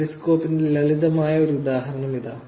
പെരിസ്കോപ്പിന്റെ ലളിതമായ ഒരു ഉദാഹരണം ഇതാ